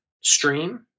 stream